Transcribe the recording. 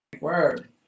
word